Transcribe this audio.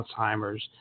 Alzheimer's